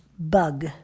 Bug